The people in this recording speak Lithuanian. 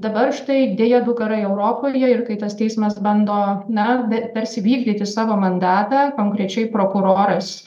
dabar štai deja du karai europoje ir kai tas teismas bando na tarsi vykdyti savo mandatą konkrečiai prokuroras